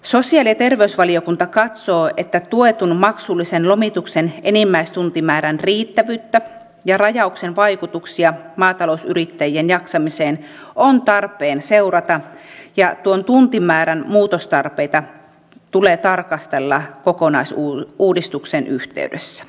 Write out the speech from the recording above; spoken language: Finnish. sosiaali ja terveysvaliokunta katsoo että tuetun maksullisen lomituksen enimmäistuntimäärän riittävyyttä ja rajauksen vaikutuksia maatalousyrittäjien jaksamiseen on tarpeen seurata ja tuon tuntimäärän muutostarpeita tulee tarkastella kokonaisuudistuksen yhteydessä